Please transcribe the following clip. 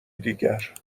دیگر